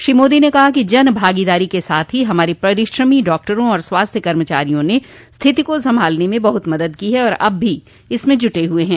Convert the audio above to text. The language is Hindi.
श्री मोदी ने कहा कि जन भागीदारी के साथ ही हमारे परिश्रमी डॉक्टरों और स्वास्थ्य कर्मचारियों ने स्थिति को संभालने में बहुत मदद की है और अब भी इसमें जुटे हुए हैं